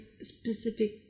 specific